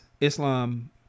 Islam